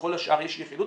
וכל השאר יש יחידות,